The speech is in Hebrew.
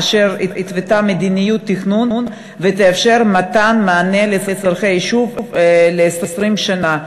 אשר התוותה מדיניות תכנון שתאפשר מתן מענה על צורכי היישוב ל-20 שנה,